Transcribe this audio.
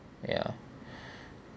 ya